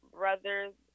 brother's